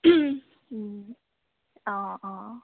অঁ অঁ